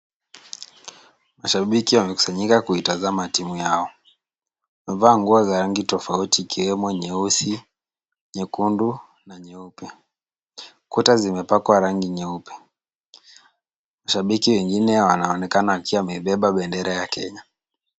Mashabiki wamekusanyika kuitazama timu yao. Wamevaa nguo za rangi tofauti ikiwemo nyeusi, nyekundu na nyeupe. Kuta zimepakwa rangi nyeupe, mashabiki wengine wanaonekana wakiwa wamebeba bendera ya Kenya.